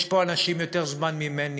יש פה אנשים יותר זמן ממני,